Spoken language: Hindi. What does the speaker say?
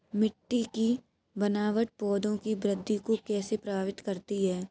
मिट्टी की बनावट पौधों की वृद्धि को कैसे प्रभावित करती है?